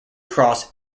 cross